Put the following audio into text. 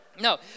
no